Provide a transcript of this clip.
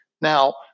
Now